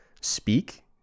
speak